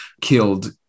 killed